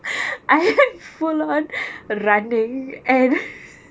I am full on running and